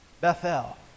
Bethel